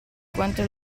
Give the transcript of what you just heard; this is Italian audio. quanto